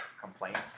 Complaints